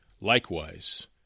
Likewise